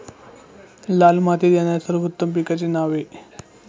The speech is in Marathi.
लाल मातीत येणाऱ्या सर्वोत्तम पिकांची नावे?